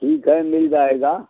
ठीक है मिल जाएगा